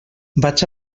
vaig